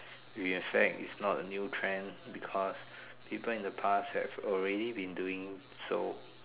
in fact it's not a new trend because people in the past is already doing so